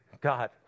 God